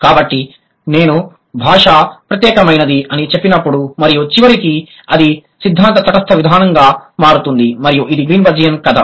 కాబట్టి నేను భాష ప్రత్యేకమైనది అని చెప్పినప్పుడు మరియు చివరికి అది సిద్ధాంత తటస్థ విధానంగా మారుతుంది మరియు ఇది గ్రీన్బెర్జియన్ కథ